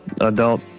adult